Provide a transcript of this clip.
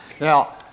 Now